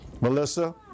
Melissa